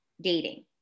dating